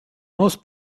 most